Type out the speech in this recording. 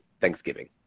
Thanksgiving